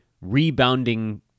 rebounding